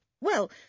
Well